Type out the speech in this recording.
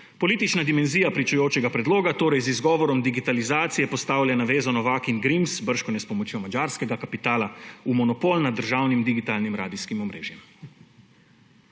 Politična dimenzija pričujočega predloga torej z izgovorom digitalizacije postavlja navezo Novak in Grims, bržkone s pomočjo madžarskega kapitala, v monopol nad državnim digitalnim radijskim omrežjem.